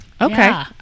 Okay